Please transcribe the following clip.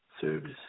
service